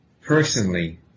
personally